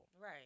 Right